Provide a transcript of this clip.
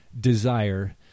desire